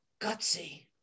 gutsy